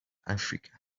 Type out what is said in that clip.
africa